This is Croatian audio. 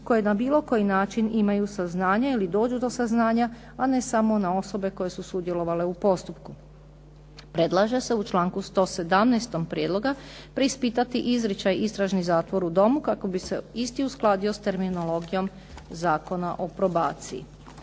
koje na bilo koji način imaju saznanja ili dođu do saznanja a ne samo na osobe koje su sudjelovale u postupku. Predlaže se u članku 117. prijedloga preispitati izričaj istražni zatvor u domu kako bi se isti uskladio sa terminologijom Zakona o probaciji.